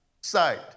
sight